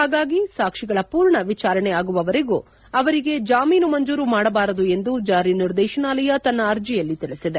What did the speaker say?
ಹಾಗಾಗಿ ಸಾಕ್ಷಿಗಳ ಪೂರ್ಣ ವಿಚಾರಣೆ ಆಗುವವರೆಗೂ ಅವರಿಗೆ ಜಾಮೀನು ಮಂಜೂರು ಮಾಡಬಾರದು ಎಂದು ಜಾರಿ ನಿರ್ದೇಶನಾಲಯ ತನ್ನ ಅರ್ಜಿಯಲ್ಲಿ ತಿಳಿಸಿದೆ